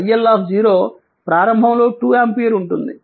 iL ప్రారంభంలో 2 ampere ఉంటుంది